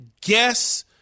guess